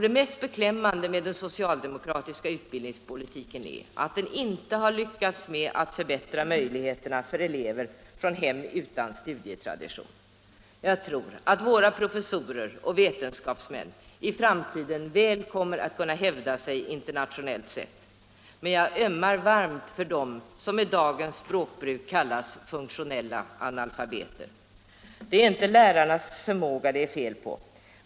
Det mest beklämmande med den socialdemokratiska utbildningspolitiken är att den inte har lyckats förbättra möjligheterna för elever från hem utan studietradition. Jag tror att våra professorer och vetenskapsmän väl kommer att kunna hävda sig internationellt. Men jag ömmar för dem som i dagens språkbruk kallas funktionella analfabeter. Det är inte lärarnas förmåga det är fel på.